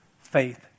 faith